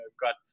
got